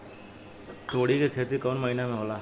तोड़ी के खेती कउन महीना में होला?